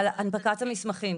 על הנפקת המסמכים.